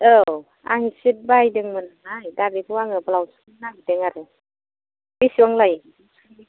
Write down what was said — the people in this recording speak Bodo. औ आं शिट बायदोंमोन नालाय दा बेखौ आङो ब्लाउस सुहोनो नागेरदों आरो बेसेबां लायो